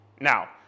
Now